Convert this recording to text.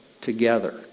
together